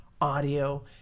audio